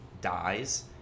dies